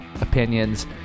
opinions